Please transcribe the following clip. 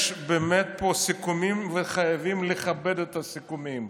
יש פה סיכומים, וחייבים לכבד את הסיכומים.